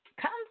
Come